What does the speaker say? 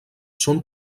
són